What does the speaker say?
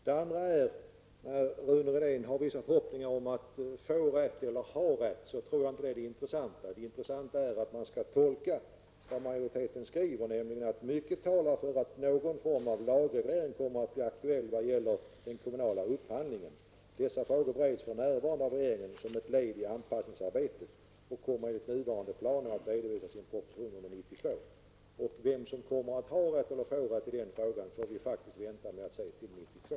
Det andra är att de förhoppningar som Rune Rydén har att få rätt eller ha rätt enligt min mening inte är det intressanta. Det intressanta är att tolka vad majoriteten skriver: ''Mycket talar för att någon form av lagreglering kommer att bli aktuell vad gäller den kommunala upphandlingen -- dessa frågor bereds för närvarande av regeringen som ett led i anpassningsarbetet och kommer enligt nuvarande planer att redovisas i en proposition under år 1992''. För att se vem som kommer att ha rätt eller få rätt i den frågan får vi vänta till år 1992.